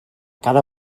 cada